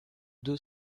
deux